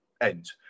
end